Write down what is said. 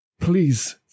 Please